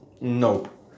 Nope